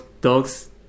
dogs